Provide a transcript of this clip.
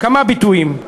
ביטויים: